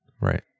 Right